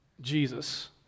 Jesus